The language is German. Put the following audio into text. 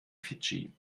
fidschi